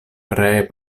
ree